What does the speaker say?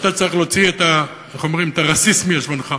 ואתה צריך להוציא, איך אומרים, את הרסיס מישבנך.